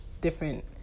different